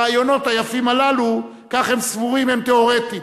הרעיונות היפים הללו, כך הם סבורים, הם תיאורטיים.